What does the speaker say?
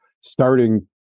starting